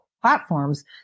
platforms